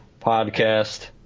podcast